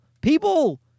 People